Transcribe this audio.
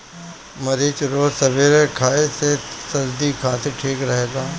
मरीच रोज सबेरे खाए से सरदी खासी ठीक रहेला